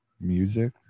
music